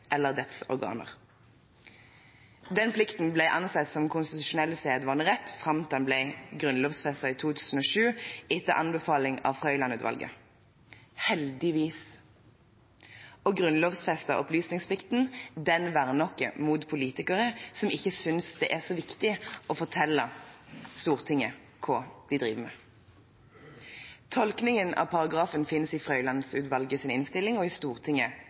eller dets organer.» Denne plikten ble ansett som konstitusjonell sedvanerett fram til den ble grunnlovfestet i 2007, etter anbefaling av Frøiland-utvalget – heldigvis. Det å grunnlovfeste opplysningsplikten verner oss mot politikere som ikke synes det er så viktig å fortelle Stortinget hva de driver med. Tolkningen av paragrafen finnes i Frøiland-utvalgets innstilling og i